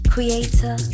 Creator